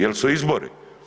Jer su izbori.